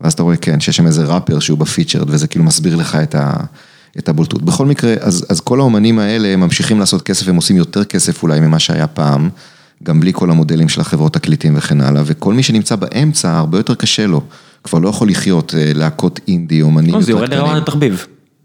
ואז אתה רואה כן שיש שם איזה ראפר שהוא בפיצ'רד, וזה כאילו מסביר לך את הבולטות. בכל מקרה, אז כל האומנים האלה, הם ממשיכים לעשות כסף, הם עושים יותר כסף אולי ממה שהיה פעם, גם בלי כל המודלים של החברות תקליטים וכן הלאה, וכל מי שנמצא באמצע, הרבה יותר קשה לו. כבר לא יכול לחיות להקות אינדי-אומנים יותר קטנים. זה יורד לרמת התחביב